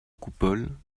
coupole